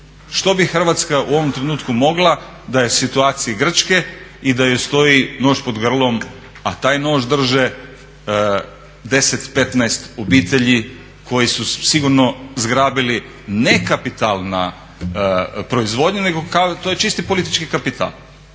Što bi Hrvatska u ovom trenutku mogla da je u situaciji Grčke i da joj stoji nož pod grlom, a taj nož drže 10-15 obitelji koje su sigurno zgrabili ne kapitalna proizvodnja nego to je čisti politički kapital